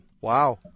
Wow